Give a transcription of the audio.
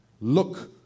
Look